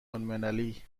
المللی